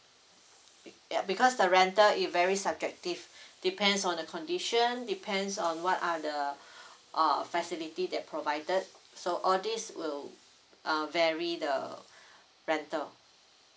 it ya because the rental i~ very subjective depends on the condition depends on what are the uh facility that provided so all these will uh vary the rental